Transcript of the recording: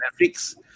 Netflix